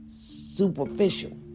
superficial